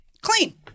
clean